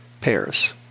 pairs